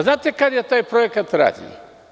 Znate li kada je taj projekat rađen?